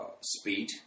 speed